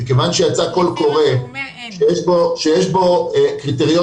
מכיוון שיצא קול קורא שיש בו קריטריונים